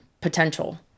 potential